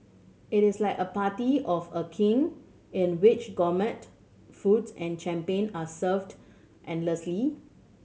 it is like a party of a King in which gourmet foods and champion are served endlessly